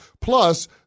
Plus